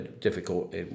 difficult